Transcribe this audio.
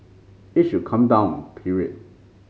it should come down period